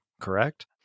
correct